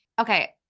Okay